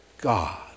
God